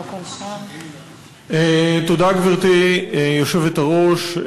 תודה, גברתי היושבת-ראש,